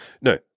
No